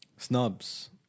Snubs